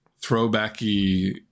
throwbacky